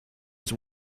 its